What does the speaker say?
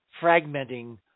fragmenting